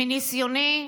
מניסיוני,